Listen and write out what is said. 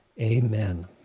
Amen